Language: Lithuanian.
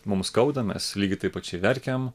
mums skauda mes lygiai tai pačiai verkiam